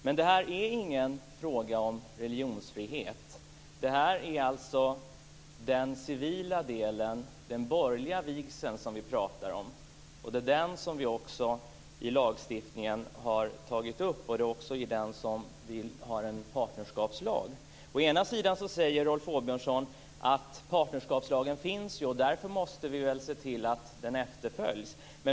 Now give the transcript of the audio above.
Men denna fråga handlar inte om religionsfrihet. Det här är alltså den civila delen, den borgerliga vigseln, som vi talar om, och det är den som vi också i lagstiftningen har tagit upp, och det är också i den som vi har en partnerskapslag. Å ena sidan säger Rolf Åbjörnsson: Partnerskapslagen finns ju och därför måste vi väl se till att den efterföljs.